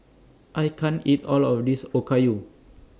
I can't eat All of This Okayu